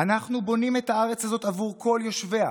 "אנחנו בונים את הארץ הזאת עבור כל יושביה".